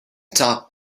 top